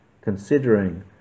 considering